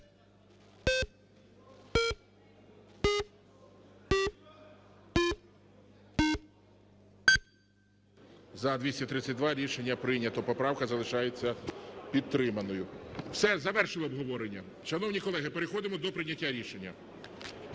За-232 Рішення прийнято. Поправка залишається підтриманою. Все, завершили обговорення. Шановні колеги, переходимо до прийняття рішення.